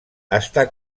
està